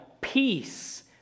peace